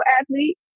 athlete